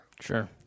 sure